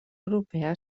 europea